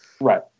Right